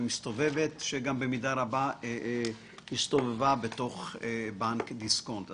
המסתובבת שבמידה רבה הסתובבה בתוך בנק דיסקונט.